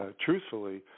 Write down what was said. truthfully